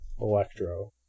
Electro